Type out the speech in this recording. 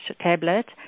tablet